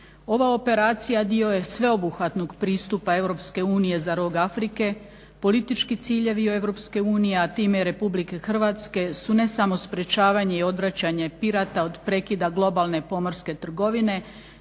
Ova operacija dio je sveobuhvatnog pristupa EU za rog Afrike, politički ciljevi EU, a time i RH su ne samo sprječavanje i odvraćanje pirata od prekida globalne pomorske trgovine,